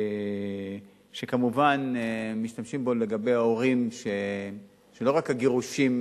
שכמובן משתמשים בו לגבי הורים לא רק כשהגירושים